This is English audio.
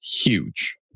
huge